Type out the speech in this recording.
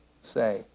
say